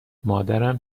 مادرم